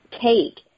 cake